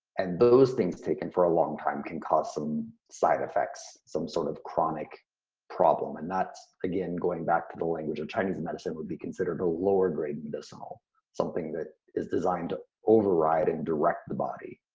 and those things taken for a long time can cause some side effects, some sort of chronic problem and that's, again, going back to the language of chinese and medicine would be considered a lower grade medicinal something that is designed to override and direct the body.